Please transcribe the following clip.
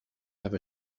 have